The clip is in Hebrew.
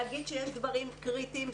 להגיד שיש דברים קריטיים,